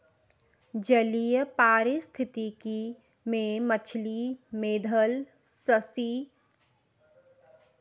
जलीय पारिस्थितिकी में मछली, मेधल स्सि जन्तु सूक्ष्म जलीय कीटों को खा जाते हैं